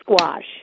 squash